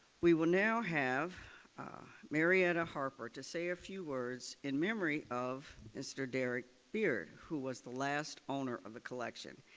we will now have marieta harper to say a few words in memory of mr. derrick beard who was the last owner of the collection,